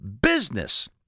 business